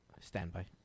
Standby